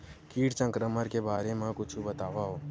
कीट संक्रमण के बारे म कुछु बतावव?